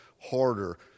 harder